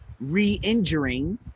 re-injuring